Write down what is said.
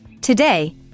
Today